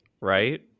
right